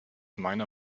meiner